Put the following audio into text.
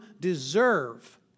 deserve